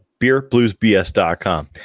BeerBluesBS.com